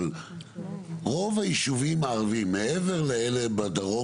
אבל רוב היישובים הערביים מעבר לאלה בדרום